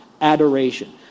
adoration